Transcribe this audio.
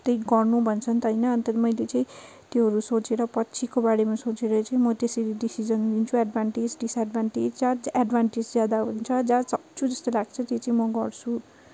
त्यही गर्नु भन्छ नि त होइन अनि मैले चाहिँ त्योहरू सोचेर पछिको बारेमा सोचेर चाहिँ म त्यसरी डिसिसन लिन्छु एडभान्टेज डिसएडभान्टेज जहाँ एडभान्टेज ज्यादा हुन्छ जहाँ सक्छु जस्तो लाग्छ त्यो चाहिँ म गर्छु